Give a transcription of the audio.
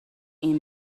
این